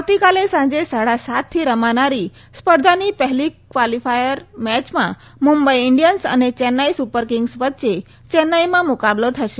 આવતીકાલે સાંજે સાડા સાતથી રમાનારી સ્પર્ધાની પહેલી ક્વોલીફાયર મેચમાં મુંબઈ ઈન્ડિયન્સ અને ચેન્નાઈ સુપર કિંગ્સ વચ્ચે ચેન્નાઈમાં મુકાબલો થશે